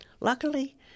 Luckily